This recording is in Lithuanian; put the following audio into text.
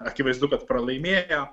akivaizdu kad pralaimėjo